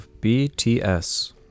BTS